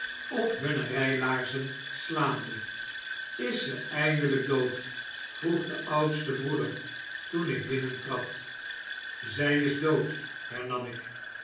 op hunne rijlaarzen slaande is zjj eindelp dood vroeg de oudste broeder toen ik binnentrad zjj is dood hernam ik